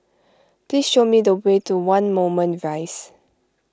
please show me the way to one Moulmein Rise